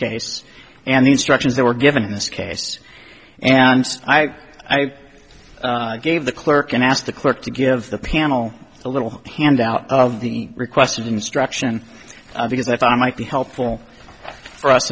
case and the instructions they were given in this case and i gave the clerk and asked the clerk to give the panel a little hand out of the requested instruction because i thought i might be helpful for us